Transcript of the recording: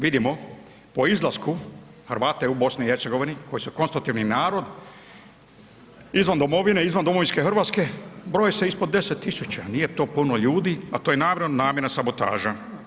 Vidimo po izlasku Hrvata je u BiH koji su konstitutivni narod, izvan domovine, izvan domovinske RH, broji se ispod 10 000, nije to puno ljudi, a to je naravno namjerna sabotaža.